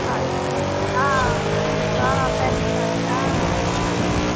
آ سِی آ سِلِک آ پٲکِستانی آ آ آ ٹھیٖک ٹھیٖک